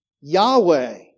Yahweh